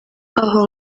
aho